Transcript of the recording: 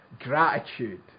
gratitude